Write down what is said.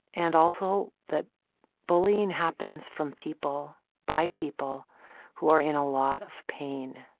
and also that bullying happens from people by people who are in a lot of pain.